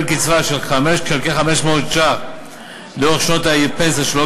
קצבה של כ-500 ש"ח לאורך שנות הפנסיה שלו,